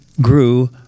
grew